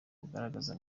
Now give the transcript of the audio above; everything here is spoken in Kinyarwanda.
bagaragaza